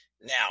Now